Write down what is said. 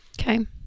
Okay